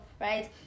right